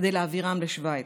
כדי להעבירם לשווייץ.